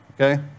okay